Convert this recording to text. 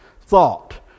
thought